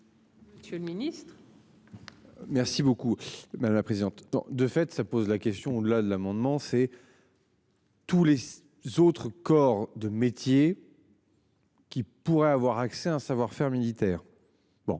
Monsieur le ministre. Merci beaucoup madame la présidente. De fait, ça pose la question de la de l'amendement, c'est. Tous les. Autres corps de métier. Qui pourrait avoir accès à un savoir faire militaire. Bon.